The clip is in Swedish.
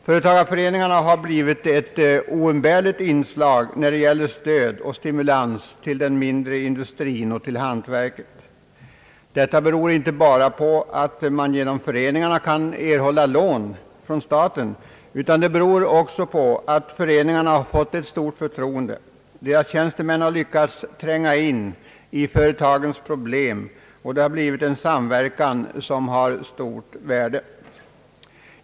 Företagareföreningarna har blivit ett oumbäprligt inslag för stöd och stimulans åt den mindre industrin och hantverket. Detta beror inte bara på att man genom föreningarna kan erhålla lån från staten utan också på att föreningarna fått ett stort förtroende bland företagarna. Deras tjänstemän har lyckats tränga in i företagens problem, och det har blivit en samverkan som har stort värde.